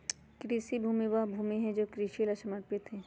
कृषि भूमि वह भूमि हई जो कृषि ला समर्पित हई